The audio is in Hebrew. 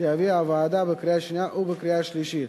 שהביאה הוועדה בקריאה שנייה ובקריאה שלישית.